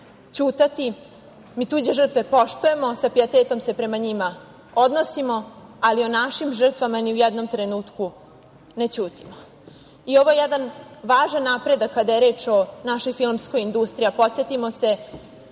ćutati, mi tuđe žrtve poštujemo, sa pijetetom se prema njima odnosimo, ali o našim žrtvama ni u jednom trenutku ne ćutimo. Ovo je jedan važan napredak kada je reč o našoj filmskoj industriji, a podsetimo se